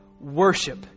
worship